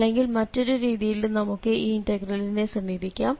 അല്ലെങ്കിൽ മറ്റൊരു രീതിയിലും നമുക്ക് ഈ ഇന്റഗ്രലിനെ സമീപിക്കാം